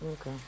Okay